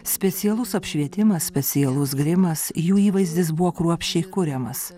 specialus apšvietimas specialus grimas jų įvaizdis buvo kruopščiai kuriamas